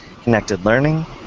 ConnectedLearning